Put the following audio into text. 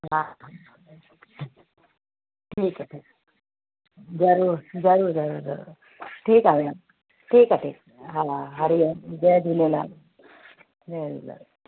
हा ठीकु आहे ठीकु आहे ज़रूरु ज़रूरु ज़रूरु ठीकु आहे भेण ठीकु आहे हा हरि ओम जय झूलेलाल जय झूलेलाल